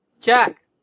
Jack